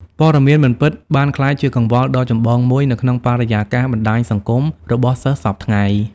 ព័ត៌មានមិនពិត បានក្លាយជាកង្វល់ដ៏ចម្បងមួយនៅក្នុងបរិយាកាសបណ្តាញសង្គមរបស់សិស្សសព្វថ្ងៃ។